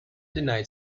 denied